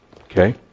Okay